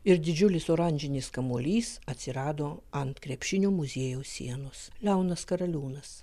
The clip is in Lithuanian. ir didžiulis oranžinis kamuolys atsirado ant krepšinio muziejaus sienos leonas karaliūnas